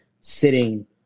sitting